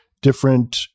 different